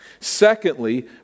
Secondly